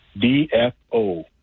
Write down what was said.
D-F-O